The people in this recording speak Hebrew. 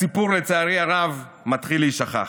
הסיפור, לצערי הרב, מתחיל להישכח.